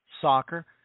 Soccer